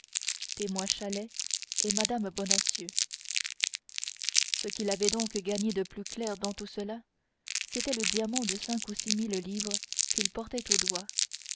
témoins chalais et mme bonacieux ce qu'il avait donc gagné de plus clair dans tout cela c'était le diamant de cinq ou six mille livres qu'il portait au doigt